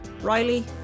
riley